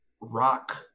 rock